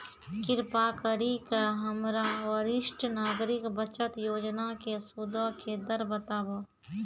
कृपा करि के हमरा वरिष्ठ नागरिक बचत योजना के सूदो के दर बताबो